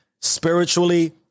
spiritually